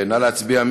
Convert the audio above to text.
נא להצביע.